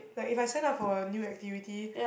like if I sign up for a new activity